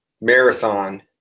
marathon